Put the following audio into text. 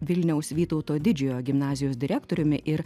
vilniaus vytauto didžiojo gimnazijos direktoriumi ir